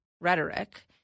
rhetoric